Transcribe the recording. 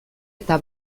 eta